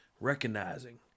Recognizing